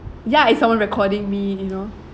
ya is someone recording me you know